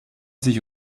sich